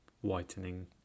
whitening